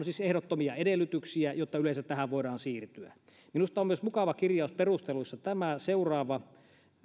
siis ehdottomia edellytyksiä jotta yleensä tähän voidaan siirtyä minusta on myös mukava kirjaus perusteluissa tämä seuraava